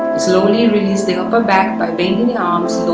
so and and release the upper back by bringing the arms,